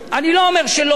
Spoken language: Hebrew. אני לא אומר שלא,